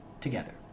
together